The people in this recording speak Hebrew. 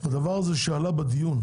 --- הדבר הזה שעלה בדיון,